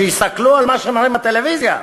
שיסתכלו על מה שמראים בטלוויזיה,